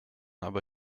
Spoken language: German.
aber